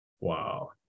Wow